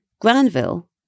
Granville